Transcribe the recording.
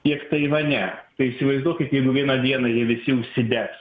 tiek taivane tai įsivaizduokit jeigu vieną dieną jie visi užsidgs